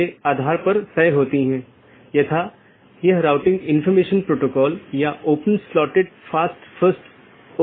और जब यह विज्ञापन के लिए होता है तो यह अपडेट संदेश प्रारूप या अपडेट संदेश प्रोटोकॉल BGP में उपयोग किया जाता है हम उस पर आएँगे कि अपडेट क्या है